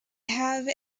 have